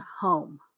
home